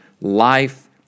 Life